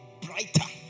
brighter